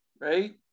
right